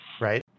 right